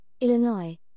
Illinois